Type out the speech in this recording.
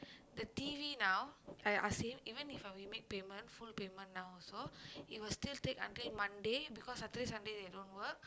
the T_V now I ask him even if we make payment full payment now also it will still take until Monday because Saturday Sunday they don't work